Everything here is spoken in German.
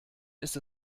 ist